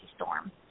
Storm